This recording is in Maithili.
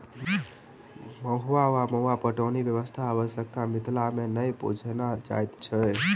मद्दु वा मद्दा पटौनी व्यवस्थाक आवश्यता मिथिला मे नहि बुझना जाइत अछि